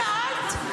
שאלת?